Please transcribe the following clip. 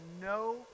no